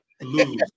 lose